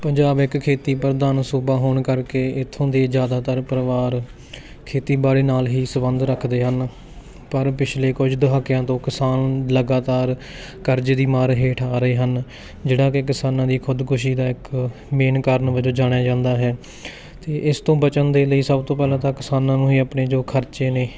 ਪੰਜਾਬ ਇੱਕ ਖੇਤੀ ਪ੍ਰਧਾਨ ਸੂਬਾ ਹੋਣ ਕਰਕੇ ਇੱਥੋਂ ਦੇ ਜ਼ਿਆਦਾਤਰ ਪਰਿਵਾਰ ਖੇਤੀਬਾੜੀ ਨਾਲ ਹੀ ਸੰਬੰਧ ਰੱਖਦੇ ਹਨ ਪਰ ਪਿਛਲੇ ਕੁਝ ਦਹਾਕਿਆਂ ਤੋਂ ਕਿਸਾਨ ਲਗਾਤਾਰ ਕਰਜ਼ੇ ਦੀ ਮਾਰ ਹੇਠ ਆ ਰਹੇ ਹਨ ਜਿਹੜਾ ਕਿ ਕਿਸਾਨਾਂ ਦੀ ਖੁਦਕੁਸ਼ੀ ਦਾ ਇੱਕ ਮੇਨ ਕਾਰਨ ਵਜੋਂ ਜਾਣਿਆ ਜਾਂਦਾ ਹੈ ਅਤੇ ਇਸ ਤੋਂ ਬਚਣ ਦੇ ਲਈ ਸਭ ਤੋਂ ਪਹਿਲਾਂ ਤਾਂ ਕਿਸਾਨਾਂ ਨੂੰ ਹੀ ਆਪਣੇ ਜੋ ਖ਼ਰਚੇ ਨੇ